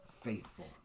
faithful